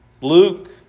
Luke